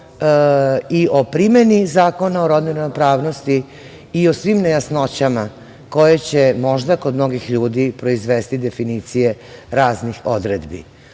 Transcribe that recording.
i o primeni Zakona o rodnoj ravnopravnosti i o svim nejasnoćama koje će možda kod mnogih ljudi proizvesti definicije raznih odredbi.